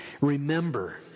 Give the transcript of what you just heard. remember